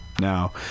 now